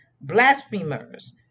blasphemers